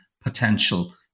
potential